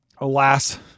Alas